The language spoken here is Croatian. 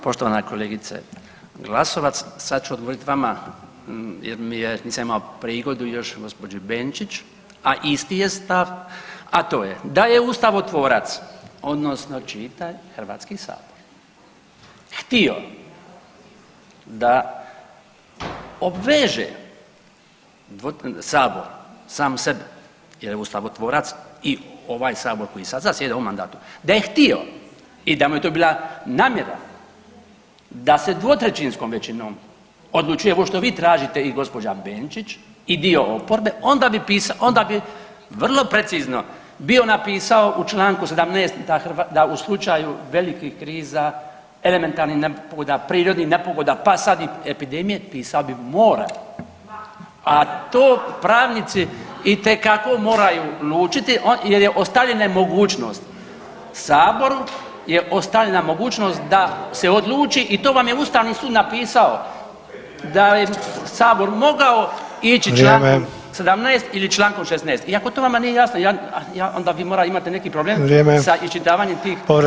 Poštovana kolegice Glasovac, sad ću odgovorit vama jer mi je nisam imao prigodu još gospođi Benčić, a isti je stav, a to je da ustavotvorac odnosno čitaj Hrvatski sabor htio da obveže sabor, sam sebe jer je ustavotvorac i ovaj sabor koji sad zasjeda u ovom mandatu, da je htio i da mu je to bila namjera da se 2/3 većinom odlučuje ovo što vi tražite i gospođa Benčić i dio oporbe onda bi pisalo, onda bi vrlo precizno bio napisao u Članku 17. da u slučaju velikih kriza, elementarnih nepogoda, prirodnih nepogoda pa sad i epidemije pisao bi mora, a to pravnici itekako moraju lučiti jer je ostavljena je mogućnost saboru je ostavljena mogućnost da se odluči i to vam je Ustavni sud napisao da je sabor mogao ići Člankom 17 [[Upadica: Vrijeme.]] ili Člankom 16. i ako to vama nije jasno ja onda vi mora imate neki [[Upadica: Vrijeme.]] sa iščitavanjem tih akata.